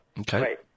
Okay